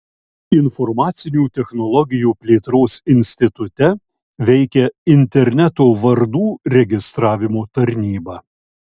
informacinių technologijų plėtros institute veikia interneto vardų registravimo tarnyba